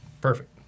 Perfect